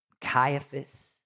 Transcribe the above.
Caiaphas